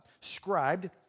scribed